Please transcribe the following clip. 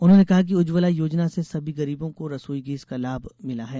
उन्होंने कहा कि उज्जवला योजना से सभी गरीबों को रसोई गैस का लाभ मिला है